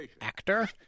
actor